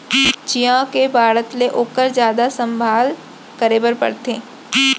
चियॉ के बाढ़त ले ओकर जादा संभाल करे बर परथे